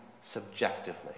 subjectively